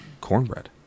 cornbread